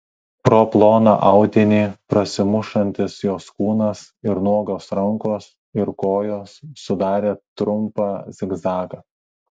pro ploną audinį prasimušantis jos kūnas ir nuogos rankos ir kojos sudarė trumpą zigzagą